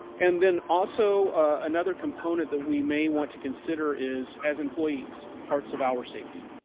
and then also, another component that we may want to consider is as employees, parts of our safety,